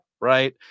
right